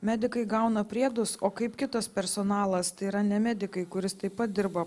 medikai gauna priedus o kaip kitas personalas tai yra ne medikai kuris taip pat dirba